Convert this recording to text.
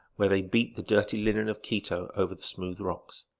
where they beat the dirty linen of quito over the smooth rocks.